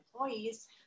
employees